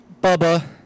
Bubba